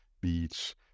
beach